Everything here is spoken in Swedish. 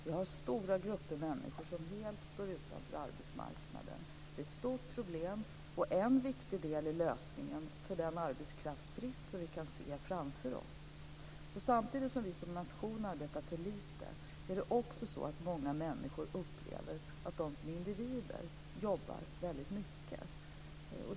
Vi har stora grupper människor som helt står utanför arbetsmarknaden. Det är ett stort problem och en viktig del i lösningen av problemet med den arbetskraftsbrist som vi kan se framför oss. Så samtidigt som vi som nation arbetar för lite är det också så att många människor upplever att de som individer jobbar väldigt mycket.